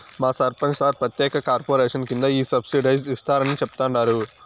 మా సర్పంచ్ సార్ ప్రత్యేక కార్పొరేషన్ కింద ఈ సబ్సిడైజ్డ్ ఇస్తారని చెప్తండారు